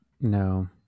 No